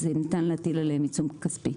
אז ניתן להטיל עליהם עיצום כספי.